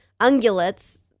ungulates